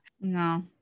No